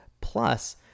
Plus